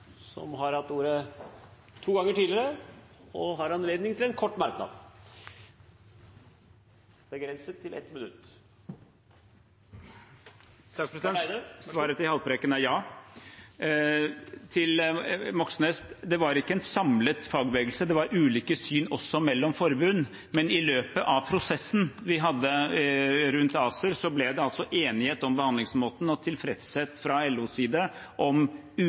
har hatt ordet to ganger tidligere og får ordet til en kort merknad, begrenset til 1 minutt. Svaret til Haltbrekken er ja. Til Moxnes: Det var ikke en samlet fagbevegelse, det var ulike syn også mellom forbund, men i løpet av prosessen vi hadde rundt ACER, ble det enighet om behandlingsmåten og tilfredshet fra LOs side om